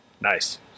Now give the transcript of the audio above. Nice